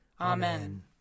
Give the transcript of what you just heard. Amen